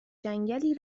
جنگلی